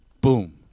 boom